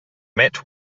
met